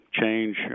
change